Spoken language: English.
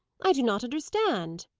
i do not understand.